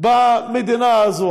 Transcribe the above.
במדינה הזאת.